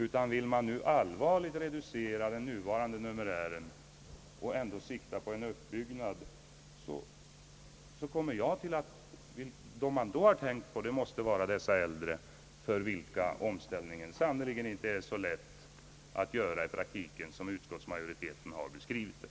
Vill man allvarligt reducera den nuvarande numerären och ändå sikta på en uppbyggnad, kommer jag till att de man då har tänkt på måste vara de äldre, för vilka omställningen sannerligen inte är så lätt att göra i praktiken som utskottet har beskrivit det.